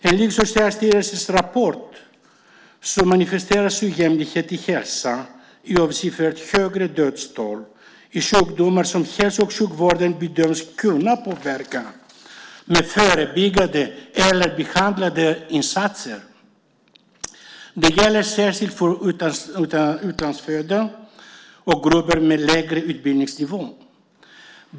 Enligt Socialstyrelsens rapport manifesteras ojämlikhet i hälsan i högre dödstal, i sjukdomar som hälso och sjukvården bedöms kunna påverka med förebyggande eller behandlande insatser. Det gäller särskilt för utlandsfödda och grupper med lägre utbildningsnivå.